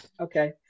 Okay